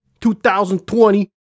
2020